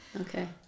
Okay